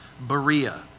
Berea